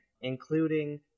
including